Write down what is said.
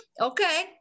okay